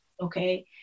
okay